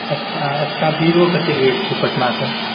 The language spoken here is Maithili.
स्का स्कॉर्पिओके कतेक रेट छै पटनाके